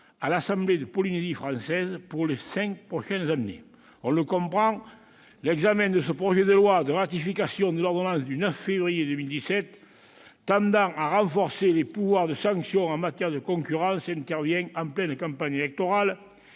à l'assemblée de la Polynésie française pour les cinq prochaines années. L'examen de ce projet de loi de ratification de l'ordonnance du 9 février 2017 tendant à renforcer les pouvoirs de sanction en matière de concurrence survient donc en pleine campagne électorale.